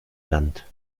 land